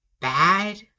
bad